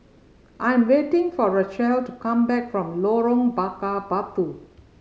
I'm waiting for Rachelle to come back from Lorong Bakar Batu